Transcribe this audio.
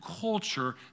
culture